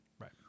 Right